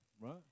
Right